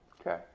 Okay